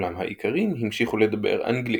אולם האיכרים המשיכו לדבר אנגלית.